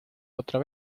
otra